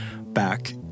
back